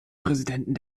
präsidenten